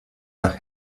nach